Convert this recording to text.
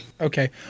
Okay